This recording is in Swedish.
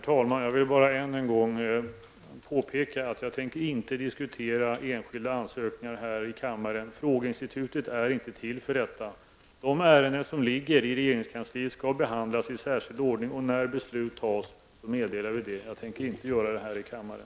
Herr talman! Jag vill än en gång påpeka att jag inte tänker diskutera enskilda ansökningar här i riksdagen. Frågeinstitutet är inte till för det. De ärenden som ligger i regeringskanliet skall behandlas i särskild ordning. När beslut fattas meddelar vi det. Jag tänker inte göra det här i kammaren.